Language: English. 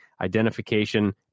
Identification